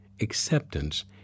acceptance